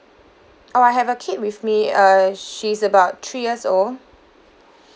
oh I have a kid with me err she's about three years old